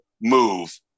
move